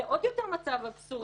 זה מצב עוד יותר אבסורדי,